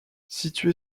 situé